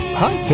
hi